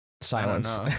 Silence